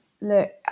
look